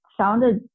sounded